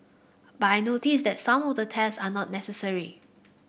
but I notice that some of the tests are not necessary